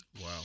wow